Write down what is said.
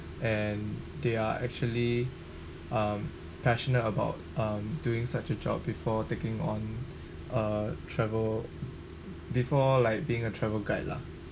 and they are actually um passionate about um doing such a job before taking on a travel before like being a travel guide lah